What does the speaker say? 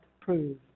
prove